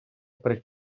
при